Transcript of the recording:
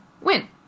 win